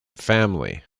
family